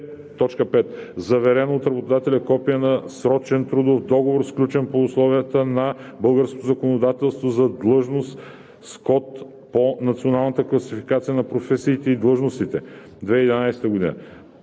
заверено от работодателя копие на срочен трудов договор, сключен по условията на българското законодателство, за длъжност с код по Националната класификация на професиите и длъжностите, 2011 г.,